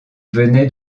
venaient